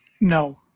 No